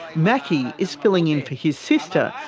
macky is filling in for his sister,